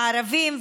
הערבים,